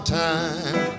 time